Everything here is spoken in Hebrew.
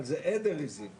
זה מלא עזים.